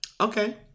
Okay